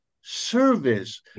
service